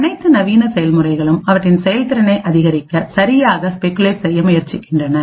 அனைத்து நவீன செயல்முறைகளும் அவற்றின் செயல்திறனை அதிகரிக்க சரியாக ஸ்பெகுலேட் செய்ய முயற்சிக்கின்றன